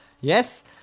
Yes